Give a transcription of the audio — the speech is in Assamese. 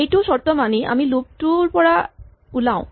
এইটো চৰ্ত মানি আমি লুপ টোৰ পৰা ওলাও